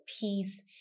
peace